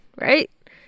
right